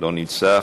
לא נמצא,